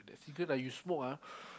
that cigarette ah you smoke ah